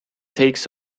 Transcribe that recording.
takes